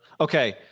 Okay